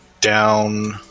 down